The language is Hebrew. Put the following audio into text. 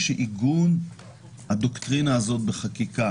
שעיגון הדוקטרינה הזאת בחקיקה